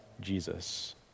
Jesus